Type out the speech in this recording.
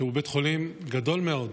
שהוא בית חולים גדול מאוד,